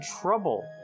trouble